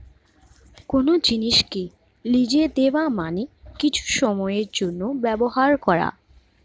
কোন জিনিসকে লিজে দেওয়া মানে কিছু সময়ের জন্যে ব্যবহার করা